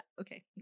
Okay